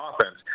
offense